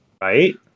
Right